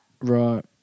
Right